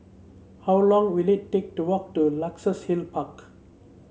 how long will it take to walk to Luxus Hill Park